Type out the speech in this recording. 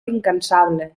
incansable